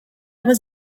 was